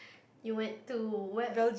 you went to where